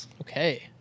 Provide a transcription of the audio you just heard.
Okay